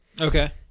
Okay